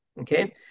okay